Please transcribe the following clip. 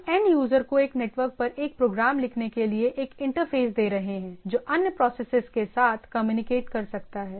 हम end user को एक नेटवर्क पर एक प्रोग्राम लिखने के लिए एक इंटरफ़ेस दे रहे हैं जो अन्य प्रोसेसेस के साथ कम्युनिकेट कर सकता है